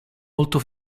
molto